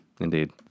Indeed